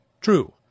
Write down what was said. true